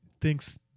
thinks